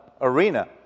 arena